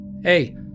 Hey